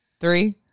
three